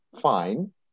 fine